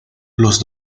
los